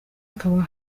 akaba